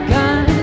gun